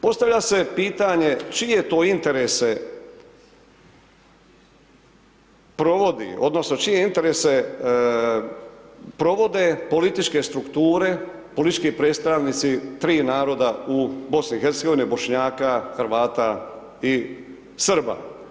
Postavlja se pitanje čije to interese provodi, odnosno čije interese provode političke strukture, politički predstavnici tri naroda u BiH od Bošnjaka, Hrvata i Srba.